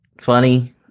funny